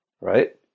right